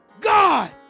God